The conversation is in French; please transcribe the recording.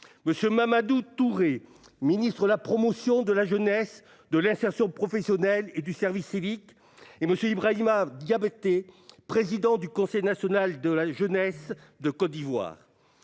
M. Mamadou Touré, ministre la promotion de la jeunesse, de l'insertion professionnelle et du service édique. Et M. Ibrahima Diabete, président du Conseil national de la jeunesse de Côte d'Ivoire.